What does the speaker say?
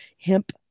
hemp